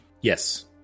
Yes